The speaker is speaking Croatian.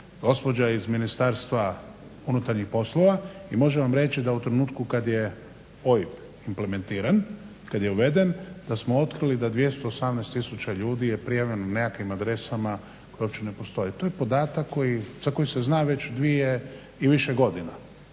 gospođa iz MUP-a i može vam reći u trenutku kada je OIB implementiran kada je uveden da smo otkrili da 218 tisuća ljudi je prijavljeno na nekim adresama koje uopće ne postoje. To je podatak za koji se zna dvije i više godina